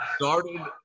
started